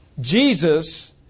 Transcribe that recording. Jesus